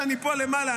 כשאני פה למעלה,